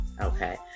okay